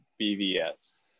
BVS